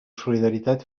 solidaritat